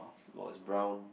is brown